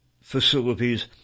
facilities